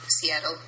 Seattle